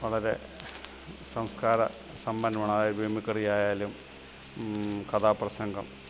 വളരെ സംസ്ക്കാര സമ്പന്നമാണ് അതായത് മിമിക്രി ആയാലും കഥാപ്രസംഗം